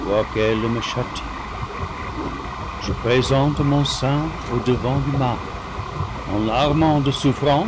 quoiqu'elle me châtie je présente mon sein au-devant du mal en l'armant de souffrance